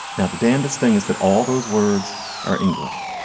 now, the damnedest thing is that all those words are english.